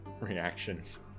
reactions